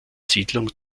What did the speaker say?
siedlung